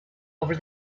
over